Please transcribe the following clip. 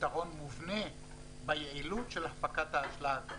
יתרון מובנה ביעילות של הפקת האשלג.